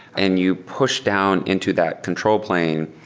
and you pushed down into that control plane,